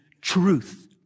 truth